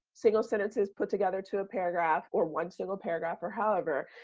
single sentences put together to a paragraph or one single paragraph, or however.